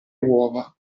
uova